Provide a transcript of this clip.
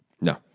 No